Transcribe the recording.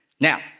Now